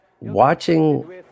watching